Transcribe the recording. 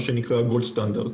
מה שנקרא goal standart.